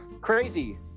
Crazy